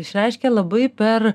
išreiškia labai per